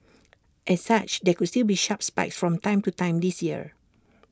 as such there could still be sharp spikes from time to time this year